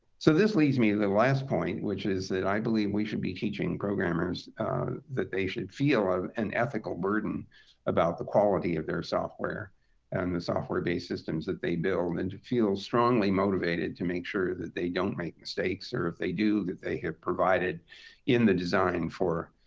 so this leads me to the last point, which is that i believe we should be teaching programmers that they should feel an ethical burden about the quality of their software and the software-based systems that they build and to feel strongly motivated to make sure that they don't make mistakes, or if they do, that they have provided in the design for